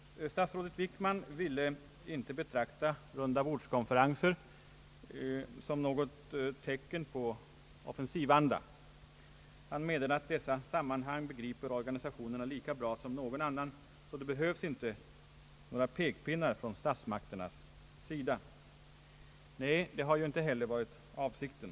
Statsrådet Wickman ville inte betrakta rundabordskonferenser som något tecken på offensivanda. Han menade att organisationerna begriper dessa sammanhang lika bra som någon annan och att det inte behövs några pekpinnar från statsmakterna. Nej, men det har ju inte heller varit avsikten.